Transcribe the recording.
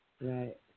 Right